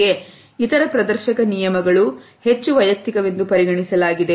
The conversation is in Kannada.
ಜೊತೆಗೆ ಇತರ ಪ್ರದರ್ಶಕ ನಿಯಮಗಳು ಹೆಚ್ಚು ವೈಯಕ್ತಿಕ ವೆಂದು ಪರಿಗಣಿಸಲಾಗಿದೆ